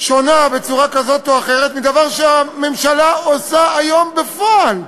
שונה בצורה כזאת או אחרת מדבר שהממשלה עושה היום בפועל,